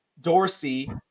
Dorsey